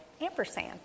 ampersand